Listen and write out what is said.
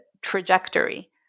trajectory